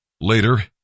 Later